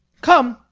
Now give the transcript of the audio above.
come,